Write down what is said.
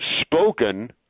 spoken